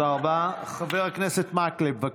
אז תודה רבה לכולם, ואני מודה לכולם.